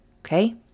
Okay